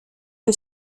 que